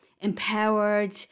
empowered